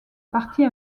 partie